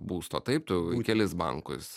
būsto taip tu kelis bankus